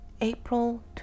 April